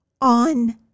on